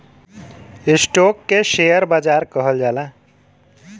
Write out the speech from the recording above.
stock के share बाजार कहल जाला